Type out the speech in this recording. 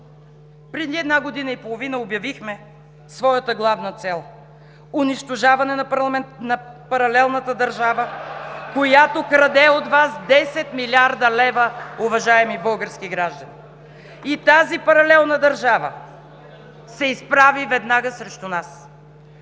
преди една година и половина обявихме своята главна цел: унищожаване на паралелната държава, която краде от Вас 10 млрд. лв., уважаеми български граждани! Тази паралелна държава се изправи веднага срещу нас.